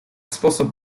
способ